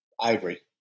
Ivory